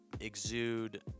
exude